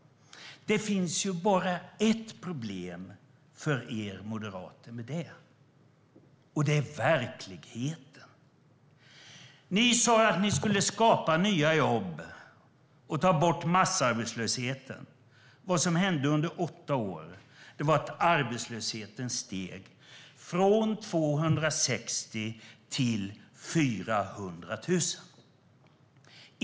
Det finns bara ett problem med det för er moderater, och det är verkligheten. Ni sa att ni skulle skapa nya jobb och ta bort massarbetslösheten. Vad som hände under åtta år var att arbetslösheten steg från 260 000 till 400 000.